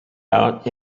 out